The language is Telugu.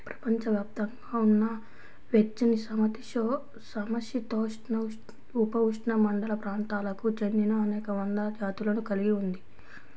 ప్రపంచవ్యాప్తంగా ఉన్న వెచ్చనిసమశీతోష్ణ, ఉపఉష్ణమండల ప్రాంతాలకు చెందినఅనేక వందల జాతులను కలిగి ఉంది